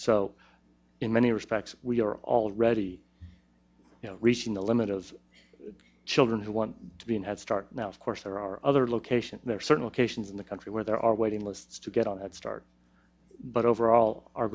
so in many respects we are already reaching the limit of children who want to be in headstart now of course there are other locations there certainly cations in the country where there are waiting lists to get on head start but overall our